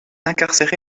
incarcéré